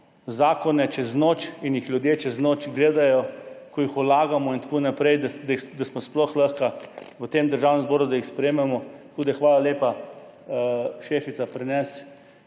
zakone čez noč in jih ljudje čez noč gledajo, ko jih vlagamo, da jih sploh lahko v tem državnem zboru sprejmemo. Tako da, hvala lepa, šefica, prenesi